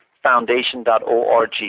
Foundation.org